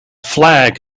flag